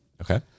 Okay